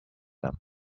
them